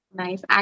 nice